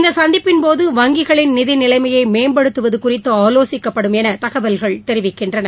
இந்த சந்திப்பின்போது வங்கிகளின் நிதி நிலைமையை மேம்படுத்துவது குறித்து ஆவோசிக்கப்படும் என தகவல்கள் தெரிவிக்கின்றன